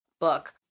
book